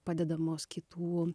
padedamos kitų